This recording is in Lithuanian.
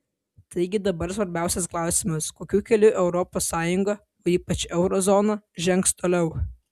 taigi dabar svarbiausias klausimas kokiu keliu europos sąjunga o ypač euro zona žengs toliau